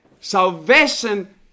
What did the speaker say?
Salvation